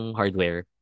hardware